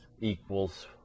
equals